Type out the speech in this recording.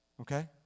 okay